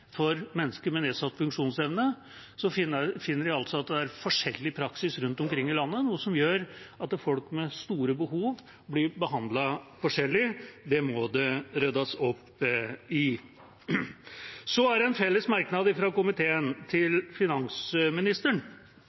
for mennesker med nedsatt funksjonsevne. Vi finner at det er forskjellig praksis rundt omkring i landet, noe som gjør at folk med store behov blir behandlet forskjellig. Det må det ryddes opp i. Det er en felles merknad fra komiteen til finansministeren,